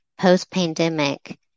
post-pandemic